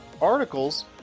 articles